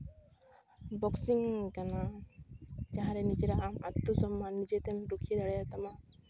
boxing ᱠᱟᱱᱟ ᱡᱟᱦᱟᱸ ᱨᱮ ᱟᱢ ᱱᱤᱡᱮᱨᱟᱜ ᱟᱛᱛᱚ ᱥᱚᱱᱢᱟᱱ ᱱᱤᱡᱮ ᱛᱮᱢ ᱨᱩᱠᱷᱭᱟᱹ ᱫᱟᱲᱮᱭᱟᱛᱟᱢᱟ